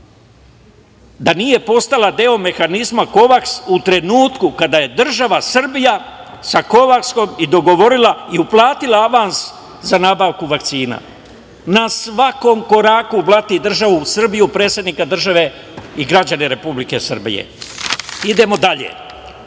da nije postala deo mehanizma Kovaks u trenutku kada je država Srbija sa Kovaksom i dogovorila i platila avans za nabavku vakcina. Na svakom koraku blati državu Srbiju, predsednika države i građane Republike Srbije. Dragan Đilas